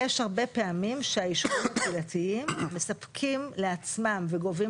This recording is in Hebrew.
יש הרבה פעמים שהיישובים הקהילתיים מספקים לעצמם וגובים